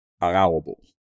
allowable